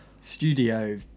studio